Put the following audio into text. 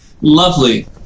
Lovely